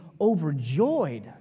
overjoyed